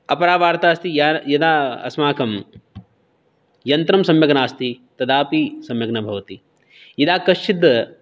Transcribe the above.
अपरा वार्ता अस्ति या यदा अस्माकं यन्त्रं सम्यक् नास्ति तदापि सम्यक् न भवति यदा कश्चिद्